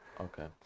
Okay